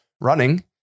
running